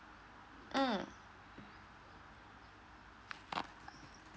mm